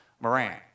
Moran